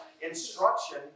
instruction